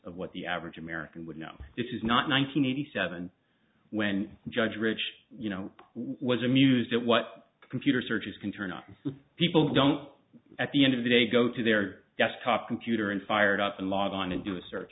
of what the average american would know this is not nine hundred eighty seven when judge rich you know was amused at what computer searches can turn on people who don't at the end of the day go to their desktop computer and fired up and log on and do a search